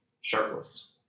Sharpless